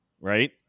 right